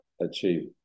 achieve